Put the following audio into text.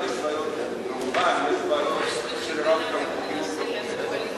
שברובן יש בעיות של רב-תרבותיות וכו'.